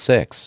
Six